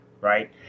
right